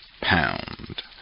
pound